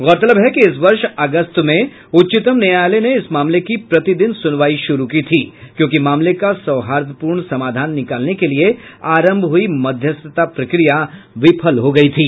गौरतलब है कि इस वर्ष अगस्त में उच्चतम न्यायालय ने इस मामले की प्रतिदिन सुनवाई शुरू की थी क्योंकि मामले का सौहार्दपूर्ण समाधान निकालने के लिए आरंभ हुई मध्यस्थता प्रक्रिया विफल हो गई थी